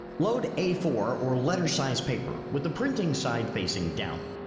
load a four or letter size paper with the printing side facing down.